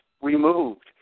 removed